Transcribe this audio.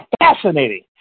fascinating